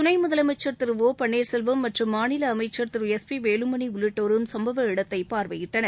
துணை முதலமைச்சர் திரு ஒ பள்ளீர்செல்வம் மற்றும் மாநில அமைச்சர் திரு எஸ் பி வேலுமணி உள்ளிட்டோரும் சம்பவ இடத்தை பார்வையிட்டனர்